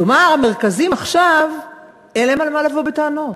כלומר המרכזים, עכשיו אין להם על מה לבוא בטענות.